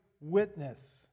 witness